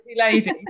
lady